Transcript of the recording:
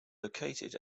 located